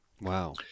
Wow